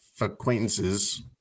acquaintances